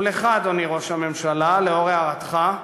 ולך, אדוני ראש הממשלה, לאור הערתך,